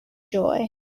joy